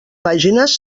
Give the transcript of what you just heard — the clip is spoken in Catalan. pàgines